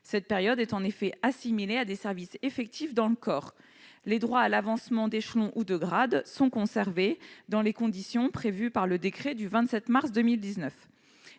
Cette période est assimilée à des services effectifs dans le corps. Les droits à l'avancement d'échelon ou de grade sont conservés dans les conditions prévues par le décret du 27 mars 2019.